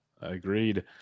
Agreed